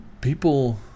people